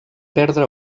perdre